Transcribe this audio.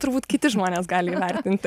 turbūt kiti žmonės gali įvertinti